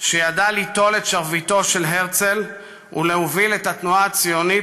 שידע ליטול את שרביטו של הרצל ולהוביל את התנועה הציונית,